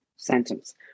Sentence